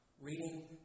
reading